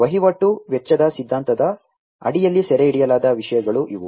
ವಹಿವಾಟು ವೆಚ್ಚದ ಸಿದ್ಧಾಂತದ ಅಡಿಯಲ್ಲಿ ಸೆರೆಹಿಡಿಯಲಾದ ವಿಷಯಗಳು ಇವು